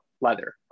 leather